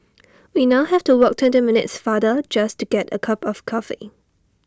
we now have to walk twenty minutes farther just to get A cup of coffee